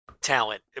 talent